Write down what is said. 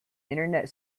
internet